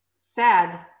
sad